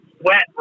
wet